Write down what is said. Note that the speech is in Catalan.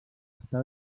està